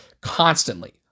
constantly